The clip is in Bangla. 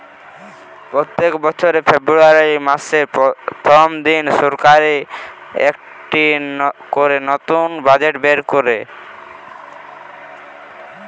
পোত্তেক বছর ফেব্রুয়ারী মাসের প্রথম দিনে সরকার একটা করে নতুন বাজেট বের কোরে